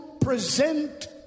present